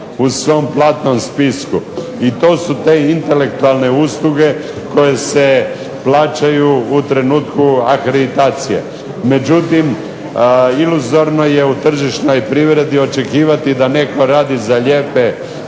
u svom platnom spisku. I to su te intelektualne usluge koje se plaćaju u trenutku akreditacije. Međutim, iluzorno je u tržišnoj privredi očekivati da netko radi za lijepe